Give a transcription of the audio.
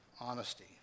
honesty